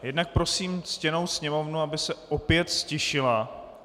Jednak prosím ctěnou Sněmovnu, aby se opět ztišila.